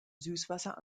süßwasser